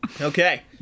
Okay